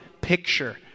picture